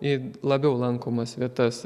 į labiau lankomas vietas